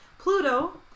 Pluto